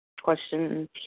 Questions